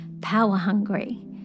power-hungry